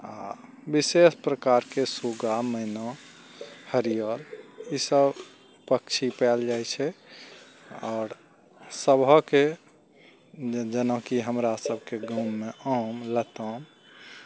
आ विशेष प्रकारके सुग्गा मैना हरियल ईसभ पक्षी पएल जाइ छै आ आओर सभके जेनाकि हमरा सभके गाँवमे आम लताम